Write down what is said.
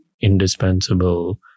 indispensable